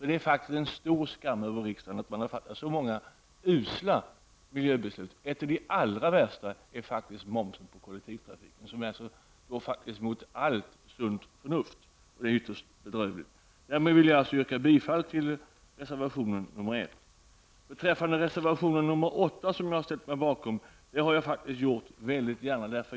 Det är faktiskt en stor skam för riksdagen att den har fattat så många usla miljöbeslut. Ett av de allra värsta är faktiskt momsen på kollektivtrafik som strider mot allt sunt förnuft. Det är bedrövligt. Därmed yrkar jag bifall till reservation 1. Jag har med glädje ställt mig bakom reservation 8.